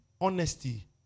honesty